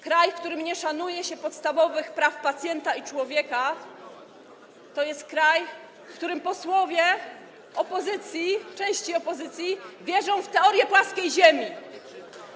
Kraj, w którym nie szanuje się podstawowych praw pacjenta i człowieka, to jest kraj, w którym posłowie opozycji, części opozycji wierzą w teorię płaskiej ziemi.